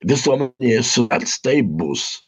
visuomenė sutars taip bus